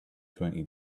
twenty